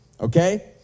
Okay